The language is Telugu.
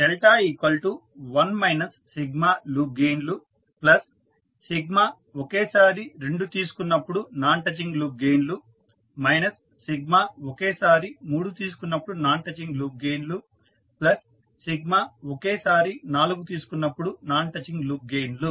1 లూప్ గెయిన్లు ఒకేసారి రెండు తీసుకున్నప్పుడు నాన టచింగ్ లూప్ గెయిన్లు ఒకేసారి మూడు తీసుకున్నప్పుడు నాన్ టచింగ్ లూప్ గెయిన్లు ఒకేసారి నాలుగు తీసుకున్నప్పుడు నాన్ టచింగ్ లూప్ గెయిన్లు